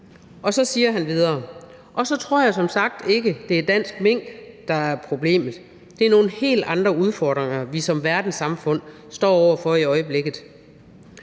Og så siger han videre: Og så tror jeg som sagt ikke, det er dansk mink, der er problemet. Det er nogle helt andre udfordringer, vi som verdenssamfund står over for i øjeblikket.